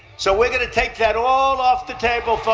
so we're going to take that all off the table,